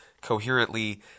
coherently